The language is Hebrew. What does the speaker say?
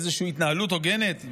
איזושהי התנהלות הוגנת,